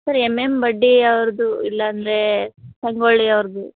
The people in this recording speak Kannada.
ಸರ್ ಎಮ್ ಎಮ್ ಬಡ್ಡಿ ಅವ್ರದ್ದು ಇಲ್ಲಾಂದ್ರೆ ಸಂಗೊಳ್ಳಿ ಅವ್ರದ್ದು